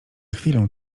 chwilę